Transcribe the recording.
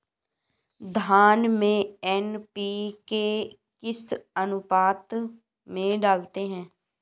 धान में एन.पी.के किस अनुपात में डालते हैं?